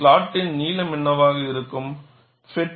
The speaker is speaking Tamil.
ஸ்லாட்டின் நீளம் என்னவாக இருக்க வேண்டும்